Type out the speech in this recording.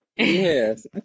Yes